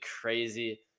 crazy